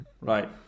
Right